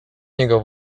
niego